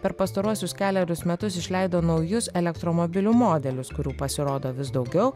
per pastaruosius kelerius metus išleido naujus elektromobilių modelius kurių pasirodo vis daugiau